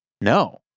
No